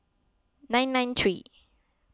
nine nine three